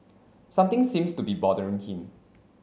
something seems to be bothering him